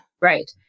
Right